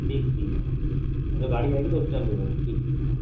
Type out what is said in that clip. ठीक ठीक है मैडम जब गाड़ी आएगी तो उस टाइम दे देना ठीक ठीक है मैडम